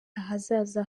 ahazaza